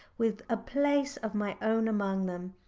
with a place of my own among them,